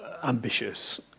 ambitious